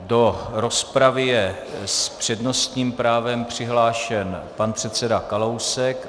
Do rozpravy je s přednostním právem přihlášen pan předseda Kalousek.